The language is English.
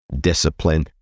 discipline